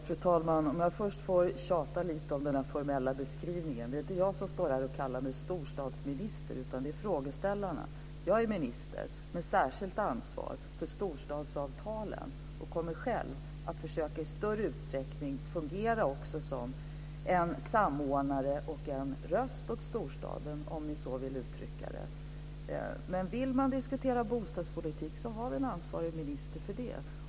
Fru talman! Låt mig först tjata lite om den formella beskrivningen. Det är inte jag utan interpellanterna som kallar mig storstadsminister. Jag är minister med särskilt ansvar för storstadsavtalen och kommer själv att försöka att i större utsträckning fungera också som en samordnare och så att säga som en röst för storstaden. För den som vill diskutera bostadspolitik har vi dock en minister med ansvar för det.